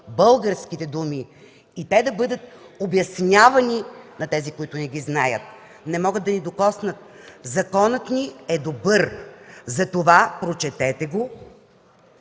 българските думи и да бъдат обяснявани на тези, които не ги знаят. Не могат да ни докоснат – законът ни е добър! Прочетете го,